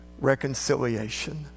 reconciliation